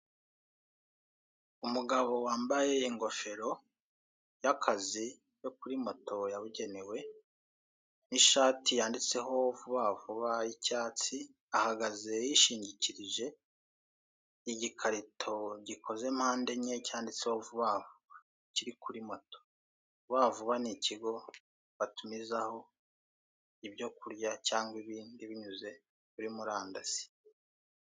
Umugabo wambaye ingofero y'akazi yo kuri moto yabugenewe n'ishati yanditseho vuba vuba y'icyatsi ahagaze yishingikirije igikarito gikoze mpande enye cyanditseho vuba vuba kiri kuri moto. Vuba vuba ni ikigo batumizaho ibyo kurya cyangwa ibindi binyuze kuri murandasi.